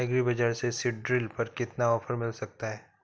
Agree बाजार से seed drill पर कितना ऑफर मिल सकता है?